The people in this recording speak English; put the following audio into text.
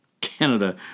Canada